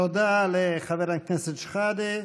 תודה לחבר הכנסת שחאדה.